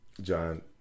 John